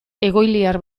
egoiliar